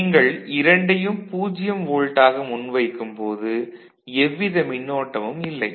நீங்கள் இரண்டையும் 0 வோல்ட் ஆக முன்வைக்கும் போது எவ்வித மின்னோட்டமும் இல்லை